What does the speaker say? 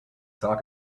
talk